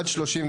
ההסתייגויות?